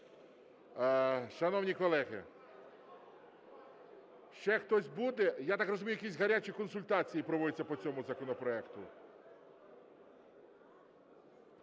Шановні колеги, ще хтось буде? Я так розумію, якісь гарячі консультації проводяться по цьому законопроекту.